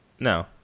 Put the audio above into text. No